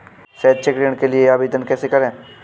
शैक्षिक ऋण के लिए आवेदन कैसे करें?